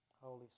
Holy